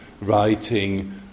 writing